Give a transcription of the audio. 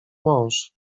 mąż